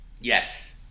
Yes